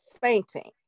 fainting